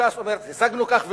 ש"ס אומרת: השגנו כך וכך,